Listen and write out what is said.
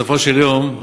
בסופו של יום,